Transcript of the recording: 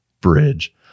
bridge